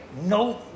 no